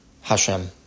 Hashem